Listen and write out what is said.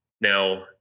Now